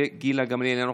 וגילה גמליאל, אינה נוכחת.